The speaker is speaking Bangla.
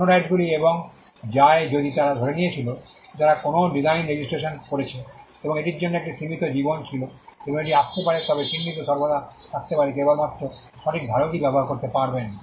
অন্য রাইটসগুলি এবং যায় যদি তারা ধরে নিয়েছিল যে তারা কোনও ডিসাইন রেজিস্ট্রেশন করেছে এবং এটির জন্য একটি সীমিত জীবন ছিল এবং এটি আসতে পারে তবে চিহ্নটি সর্বদা থাকতে পারে কেবলমাত্র সঠিক ধারকই ব্যবহার করতে পারবেন